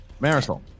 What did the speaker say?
Marisol